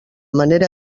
manera